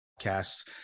podcasts